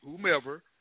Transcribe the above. whomever